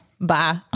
Bye